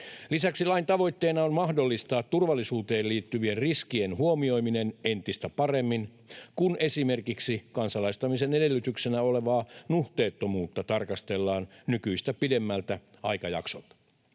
Lisäksi lain tavoitteena on mahdollistaa turvallisuuteen liittyvien riskien huomioiminen entistä paremmin, kun esimerkiksi kansalaistamisen edellytyksenä olevaa nuhteettomuutta tarkastellaan nykyistä pidemmältä aikajaksolta.